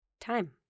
time